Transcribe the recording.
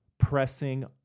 pressing